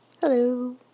hello